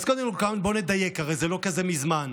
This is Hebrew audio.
אז בואו נדייק, הרי זה לא כזה מזמן: